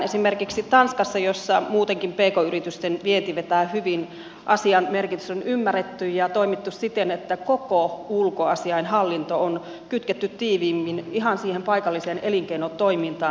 esimerkiksi tanskassa jossa muutenkin pk yritysten vienti vetää hyvin asian merkitys on ymmärretty ja on toimittu siten että koko ulkoasiainhallinto on kytketty tiiviimmin ihan siihen paikalliseen elinkeinotoimintaan